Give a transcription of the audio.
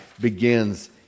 begins